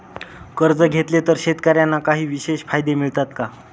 कर्ज घेतले तर शेतकऱ्यांना काही विशेष फायदे मिळतात का?